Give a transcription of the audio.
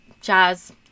jazz